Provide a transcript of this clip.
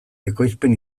ekoizpen